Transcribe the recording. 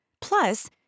Plus